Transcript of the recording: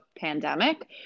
pandemic